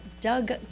Doug